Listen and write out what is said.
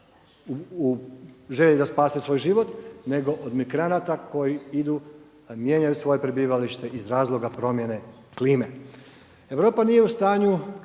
u želji da spase svoj život, nego od migranata koji idu, mijenjaju svoje prebivalište iz razloga promjene klime. Europa nije u stanju